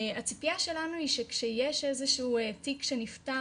הציפייה שלנו היא כשיש איזשהו תיק שנפתח